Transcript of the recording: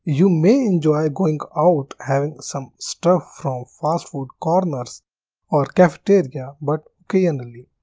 you may enjoy going out having some stuff from fast-food corners or cafeteria but occasionally.